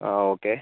ആ ഓക്കെ